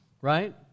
Right